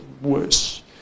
worse